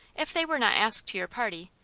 if they were not asked to your party,